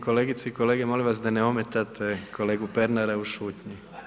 Kolegice i kolege molim vas da ne ometate kolegu Pernara u šutnji.